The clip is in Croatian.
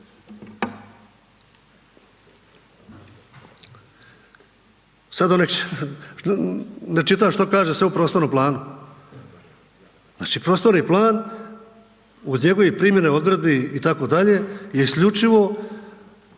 čitam što kaže sve u prostornom planu. Znači, prostorni plan, uz njegove primjene odredbi itd. je isključivo